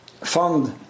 fund